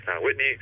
Whitney